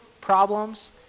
problems